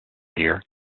beer